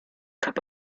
cup